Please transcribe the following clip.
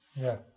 Yes